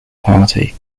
party